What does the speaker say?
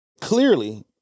Clearly